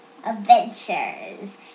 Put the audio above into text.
adventures